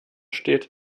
steht